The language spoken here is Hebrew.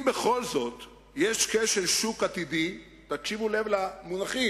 אם בכל זאת יש כשל שוק עתידי" תקשיבו למונחים,